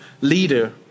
leader